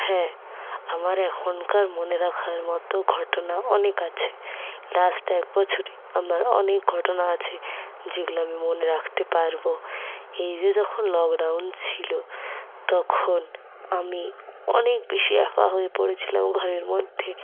হ্যাঁ আমার এখনকার মনে রাখার মতো ঘটনা অনেক আছে লাস্ট এক বছরে আমার অনেক ঘটনা আছে যেগুলো আমি মনে রাখতে পারবো এই যে যখন লকডাউন ছিল তখন আমি অনেক বেশি একা হয়ে পড়েছিলাম ঘরের মধ্যে